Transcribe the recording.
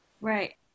Right